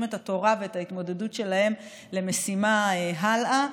את התורה ואת ההתמודדות שלהם למשימה הלאה.